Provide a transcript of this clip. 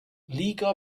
liga